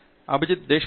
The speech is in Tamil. பேராசிரியர் அபிஜித் பி